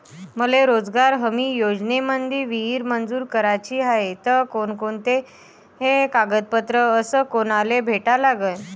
मले रोजगार हमी योजनेमंदी विहीर मंजूर कराची हाये त कोनकोनते कागदपत्र अस कोनाले भेटा लागन?